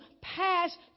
pass